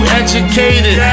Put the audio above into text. educated